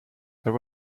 there